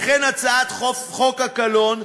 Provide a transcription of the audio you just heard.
וכן הצעת חוק הקלון,